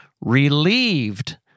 relieved